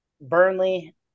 Burnley